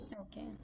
Okay